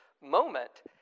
moment